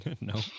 No